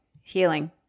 healing